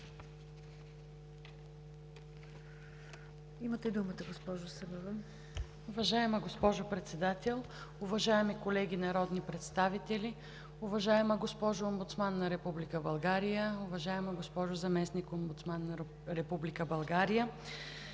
Имате думата, госпожо Събева.